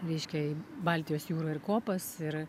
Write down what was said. reiškia į baltijos jūrą ir kopas ir